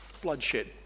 bloodshed